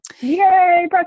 Yay